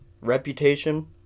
reputation